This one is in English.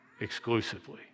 exclusively